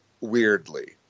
weirdly